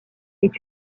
est